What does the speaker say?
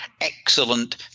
excellent